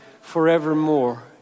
forevermore